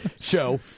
Show